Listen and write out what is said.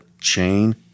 chain